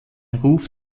ruf